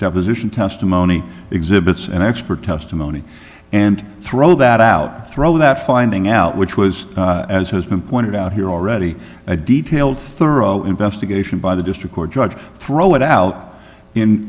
deposition testimony exhibits and expert testimony and throw that out throw that finding out which was as has been pointed out here already a detailed thorough investigation by the district court judge throw i